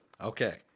Okay